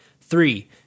three